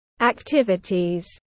activities